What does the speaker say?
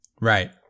Right